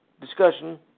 discussion